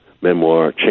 memoir